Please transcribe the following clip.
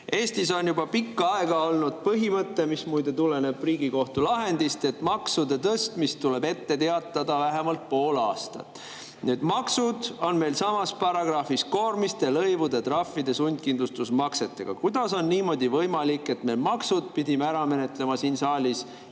Eestis on juba pikka aega olnud põhimõte, mis muide tuleneb Riigikohtu lahendist, et maksude tõstmisest tuleb ette teatada vähemalt pool aastat. Maksud on meil samas paragrahvis koormiste, lõivude, trahvide, sundkindlustusmaksetega. Kuidas on niimoodi võimalik, et me maksud pidime ära menetlema siin saalis